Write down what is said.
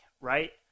right